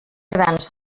grans